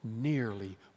nearly